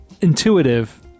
intuitive